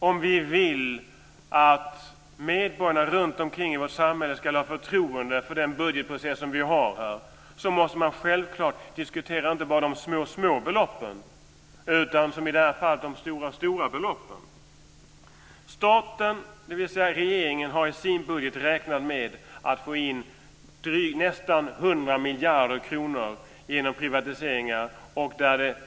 Om vi vill att medborgarna runtomkring i vårt samhälle ska ha förtroende för den budgetprocess som vi har måste man självklart diskutera inte bara de små, små beloppen utan också, som i det här fallet, de stora, stora beloppen. Staten, dvs. regeringen, har i sin budget räknat med att få in nästan 100 miljarder kronor genom privatiseringar.